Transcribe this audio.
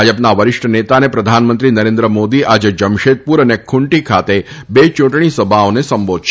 ભાજપના વરીષ્ઠ નેતા અને પ્રધાનમંત્રી નરેન્દ્ર મોદી આજે જમશેદપુર અને ખુંટી ખાતે બે યુંટણી સભાઓને સંબોધશે